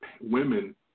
women